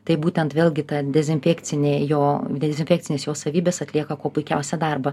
tai būtent vėlgi ta dezinfekcinė jo dezinfekcinės jo savybės atlieka kuo puikiausią darbą